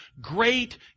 great